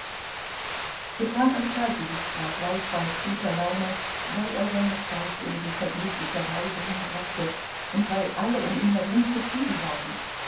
arkadjewitsch war gleichfalls guter laune weil er seine zeit in so vergnüglicher weise hinbrachte und weil alle um ihn herum zufrieden waren